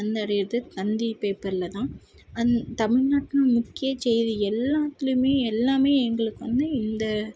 வந்தடைகிறது தந்தி பேப்பரில் தான் அந் தமிழ்நாட்ல முக்கிய செய்தி எல்லாத்துலேயுமே எல்லாமே எங்களுக்கு வந்து இந்த